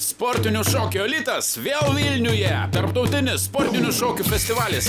sportinių šokių elitas vėl vilniuje tarptautinis sportinių šokių festivalis